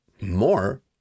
more